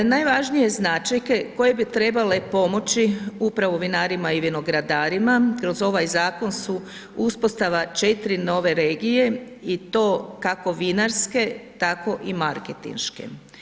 Najvažnije značajke koje bi trebale pomoći upravo vinarima i vinogradarima kroz ovaj zakon su uspostava 4 nove regije i to kako vinarske tako i marketinške.